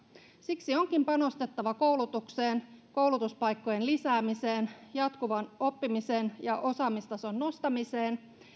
siksi onkin panostettava koulutukseen koulutuspaikkojen lisäämiseen jatkuvaan oppimiseen ja osaamistason nostamiseen